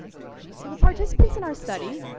okay, so the participants in our study